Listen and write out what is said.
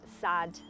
sad